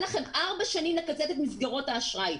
לכם ארבע שנים לקצץ את מסגרות האשראי.